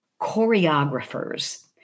choreographers